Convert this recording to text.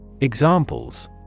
Examples